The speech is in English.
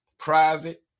private